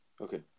Okay